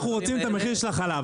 אנחנו רוצים את המחיר של החלב,